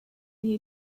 you